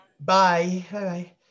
bye